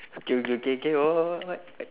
okay okay okay okay what what what what